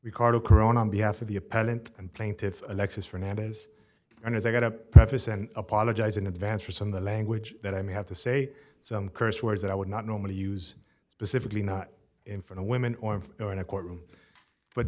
ricardo corona on behalf of the appellant and plaintiff alexis fernandez and as i got to preface and apologize in advance for some of the language that i may have to say some curse words that i would not normally use specifically not in front of women or in a courtroom but